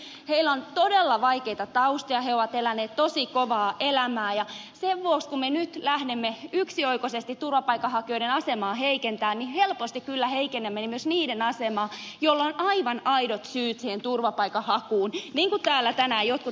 heillä on todella vaikeita taustoja he ovat eläneet tosi kovaa elämää ja sen vuoksi kun me nyt lähdemme yksioikoisesti turvapaikanhakijoiden asemaa heikentämään niin helposti kyllä heikennämme myös niiden asemaa joilla on aivan aidot syyt siihen turvapaikanhakuun niin kuin täällä tänään jotkut ovat tuoneet esiin